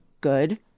good